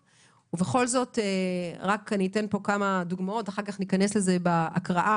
ובכל זאת אתן פה כמה דוגמאות ואחר כך ניכנס לזה בהקראה.